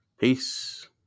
Peace